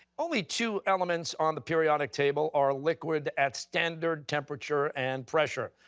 only two elements on the periodic table are liquid at standard temperature and pressure.